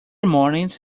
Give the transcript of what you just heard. mornings